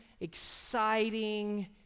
exciting